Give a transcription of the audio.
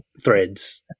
threads